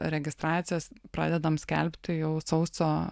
registracijos pradedam skelbti jau sausio